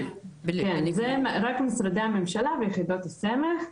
כן, זה רק משרדי הממשלה ויחידות הסמך,